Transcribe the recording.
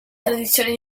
tradizioni